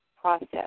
process